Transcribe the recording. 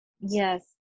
yes